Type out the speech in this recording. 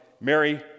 Mary